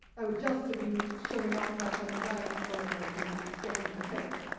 i would just have been showing off about how many dialect words i can get onto the page.